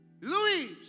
Louis